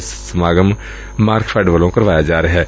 ਇਹ ਸਮਾਗਮ ਮਾਰਕਫੈੱਡ ਵੱਲੋਂ ਕਰਵਾਇਆ ਜਾ ਰਿਹੈ